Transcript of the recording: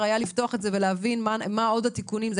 היה לפתוח את זה ולהבין מה עוד התיקונים הנדרשים,